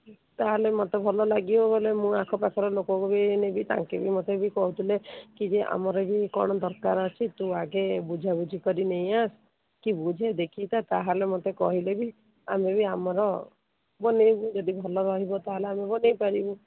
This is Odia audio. ତାହେଲେ ମୋତେ ଭଲ ଲାଗିବ ବୋଲେ ମୁଁ ଆଖପାଖର ଲୋକଙ୍କୁ ବି ନେବି ତାଙ୍କେବି ବି ମତେ କହୁଥିଲେ କି ଯେ ଆମର ବି କ'ଣ ଦରକାର ଅଛି ତୁ ଆଗେ ବୁଝାବୁଝି କରି ନେଇଆ କି ବୁଝେ ତାହେଲେ ମୋତେ କହିଲେ ବି ଆମେ ବି ଆମର ବନେଇବୁ ଯଦି ଭଲ ରହିବ ତାହେଲେ ଆମେ ବନେଇପାରିବୁ